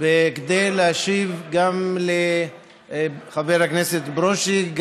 כדי להשיב גם לחבר הכנסת ברושי,